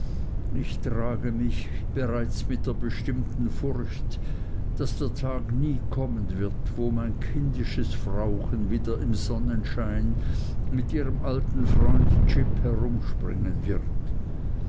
ich trage mich bereits mit der bestimmten furcht daß der tag nie kommen wird wo mein kindisches frauchen wieder im sonnenschein mit ihrem alten freund jip herumspringen wird